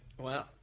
Wow